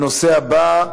הנושא הבא,